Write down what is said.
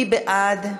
מי בעד?